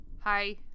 Hi